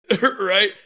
right